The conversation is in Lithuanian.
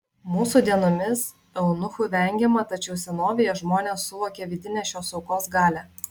mūsų dienomis eunuchų vengiama tačiau senovėje žmonės suvokė vidinę šios aukos galią